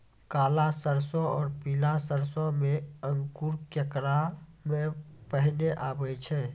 काला सरसो और पीला सरसो मे अंकुर केकरा मे पहले आबै छै?